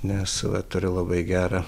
nes va turiu labai gerą